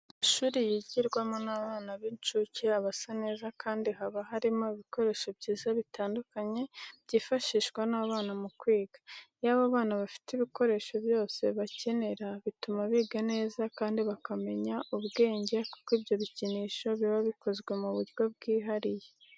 Amashuri yigirwamo n'abana b'incuke aba asa neza kandi haba harimo ibikoresho byiza bitandukanye byifashishwa n'aba bana mu kwiga. Iyo aba bana bafite ibikoresho byose bakenera bituma biga neza kandi bakamenya ubwenge kuko ibyo bikinisho biba bikozwe mu buryo bwihariye.